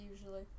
usually